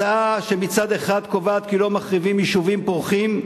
הצעה שמצד אחד קובעת כי לא מחריבים יישובים פורחים,